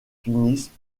finissent